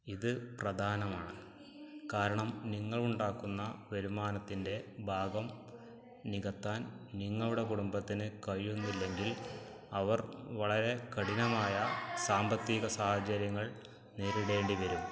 ഇത് പ്രധാനമാണ് കാരണം നിങ്ങളുണ്ടാക്കുന്ന വരുമാനത്തിന്റെ ഭാഗം നികത്താൻ നിങ്ങളുടെ കുടുമ്പത്തിന് കഴിയുന്നില്ലെങ്കിൽ അവർ വളരെ കഠിനമായ സാമ്പത്തിക സാഹചര്യങ്ങൾ നേരിടേണ്ടിവരും